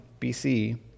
BC